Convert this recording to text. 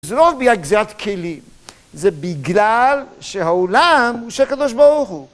זה לא בגלל גזירת כלים, זה בגלל שהעולם הוא של הקדוש ברוך הוא.